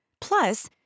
Plus